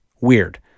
Weird